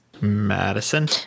Madison